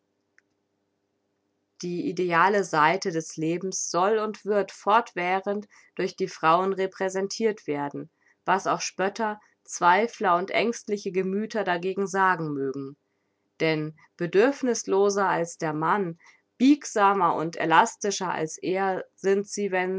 die ideale seite des lebens soll und wird fortwährend durch die frauen repräsentirt werden was auch spötter zweifler und ängstliche gemüther dagegen sagen mögen denn bedürfnißloser als der mann biegsamer und elastischer als er sind sie wenn